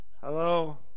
Hello